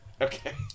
Okay